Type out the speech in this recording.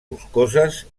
boscoses